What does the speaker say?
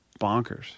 bonkers